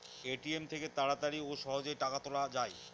ATM থেকে তাড়াতাড়ি ও সহজেই টাকা তোলা যায়